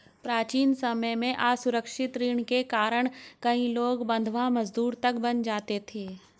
प्राचीन समय में असुरक्षित ऋण के कारण कई लोग बंधवा मजदूर तक बन जाते थे